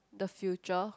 the future